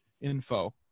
info